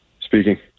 Speaking